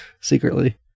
secretly